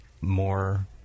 more